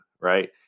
right